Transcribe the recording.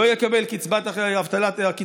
לא יקבל קצבת אבטלה.